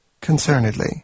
Concernedly